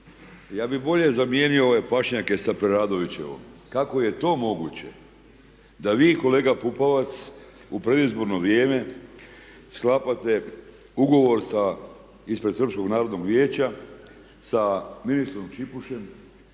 Ja bi bolje zamijenio ove pašnjake sa Preradovićevom. Kako je to moguće da vi kolega Pupovac u predizborno vrijeme sklapate ugovor sa ispred Srpskog narodnog vijeća sa ministrom Šipušem,